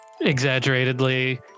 exaggeratedly